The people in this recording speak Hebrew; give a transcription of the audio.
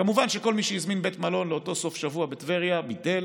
כמובן שכל מי שהזמין בית מלון לאותו סוף-שבוע בטבריה ביטל.